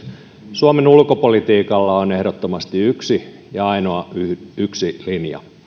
suomen ulkopolitiikalla on ehdottomasti yksi ja ainoa linja